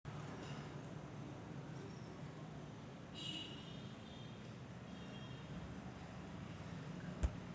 credit union प्रणाली त्यांच्या निव्वळ मूल्यामध्ये मोठ्या प्रमाणात बदलते